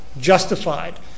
justified